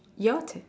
your turn